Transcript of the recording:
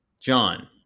John